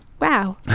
Wow